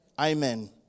Amen